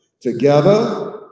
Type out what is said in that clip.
Together